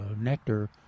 nectar